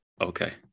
okay